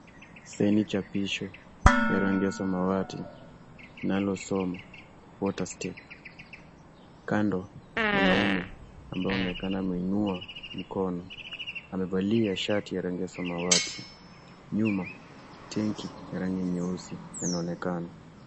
Saini chapisho ya rangi ya samawati inayo soma Water Step. Kando kuna mwanaume ambaye anaonekana ameinua mkono amevalia shati ya rangi ya samawati nyuma tenki ya rangi nyeusi linaonekana